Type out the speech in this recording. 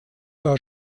war